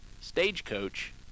Stagecoach